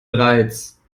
bereits